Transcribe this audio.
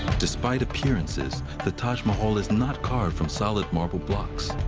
despite appearances, the taj mahal is not carved from solid marble blocks.